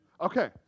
Okay